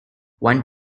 one